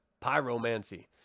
Pyromancy